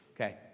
Okay